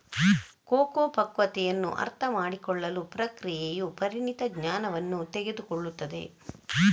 cocoa ಪಕ್ವತೆಯನ್ನು ಅರ್ಥಮಾಡಿಕೊಳ್ಳಲು ಪ್ರಕ್ರಿಯೆಯು ಪರಿಣಿತ ಜ್ಞಾನವನ್ನು ತೆಗೆದುಕೊಳ್ಳುತ್ತದೆ